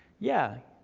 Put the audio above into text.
yeah,